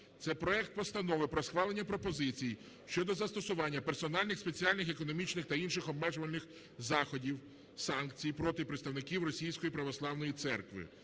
це проект Постанови про схвалення пропозицій щодо застосування персональних спеціальних економічних та інших обмежувальних заходів (санкцій) проти представників Російської православної церкви.